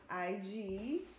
IG